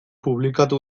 publikatu